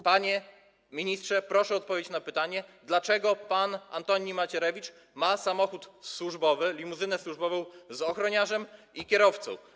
Panie ministrze, proszę odpowiedzieć na pytanie: Dlaczego pan Antoni Macierewicz ma samochód służbowy, limuzynę służbową z ochroniarzem i kierowcą?